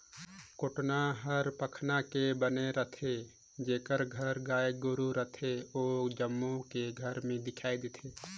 कोटना हर पखना के बने रथे, जेखर घर गाय गोरु रथे ओ जम्मो के घर में दिखइ देथे